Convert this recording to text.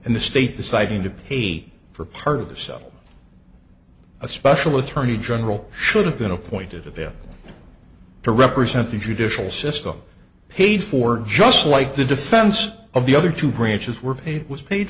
and the state deciding to pay for part of the so a special attorney general should have been appointed to represent the judicial system paid for just like the defense of the other two branches were it was paid